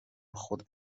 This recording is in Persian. خود